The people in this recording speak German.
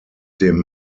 dem